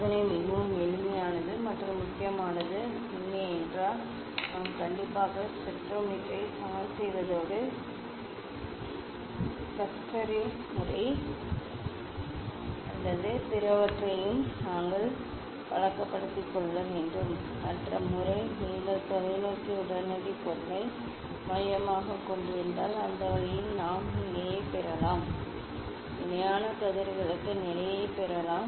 இந்த சோதனை மிகவும் எளிமையானது மற்றும் முக்கியமான முக்கியமான உண்மை என்னவென்றால் நாம் கண்டிப்பாக ஸ்பெக்ட்ரோமீட்டரை சமன் செய்வதோடு ஸ்கஸ்டரின் முறை அல்லது பிறவற்றையும் நாங்கள் பழக்கப்படுத்திக்கொள்ள வேண்டும் மற்ற முறை நீங்கள் தொலைநோக்கி உடனடி பொருளை மையமாகக் கொண்டிருந்தால் அந்த வழியில் நாம் இணையைப் பெறலாம் இணையான கதிர்களுக்கான நிலையைப் பெறலாம்